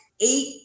eight